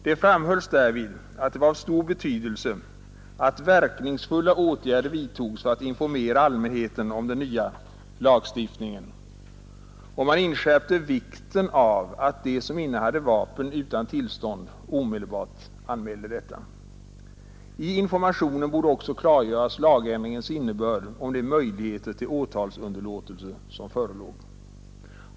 Det framhölls därvid att det var av stor betydelse att verkningsfulla åtgärder vidtogs för att informera allmänheten om den nya lagstiftningen, och att man inskärpte vikten av att de som innehade vapen utan tillstånd omedelbart anmälde detta. I informationen borde också klargöras lagändringens innebörd och de möjligheter till åtalsunderlåtelse som förelåg.